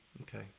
Okay